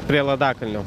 prie ladakalnio